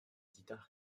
guitare